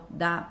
da